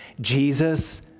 Jesus